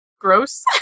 Gross